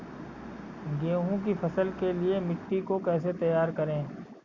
गेहूँ की फसल के लिए मिट्टी को कैसे तैयार करें?